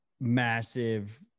massive